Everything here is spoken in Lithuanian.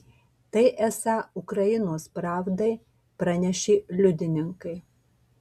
tai esą ukrainos pravdai pranešė liudininkai